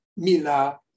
Mila